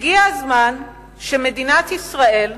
הגיע הזמן שמדינת ישראל,